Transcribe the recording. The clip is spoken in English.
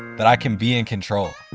that i can be in control.